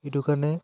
সেইটো কাৰণে